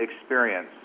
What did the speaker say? experience